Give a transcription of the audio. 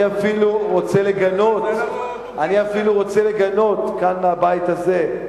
אני אפילו רוצה לגנות כאן, מהבית הזה,